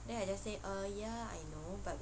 then I just say uh ya I know but